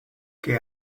qué